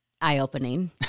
eye-opening